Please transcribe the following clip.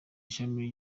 ishami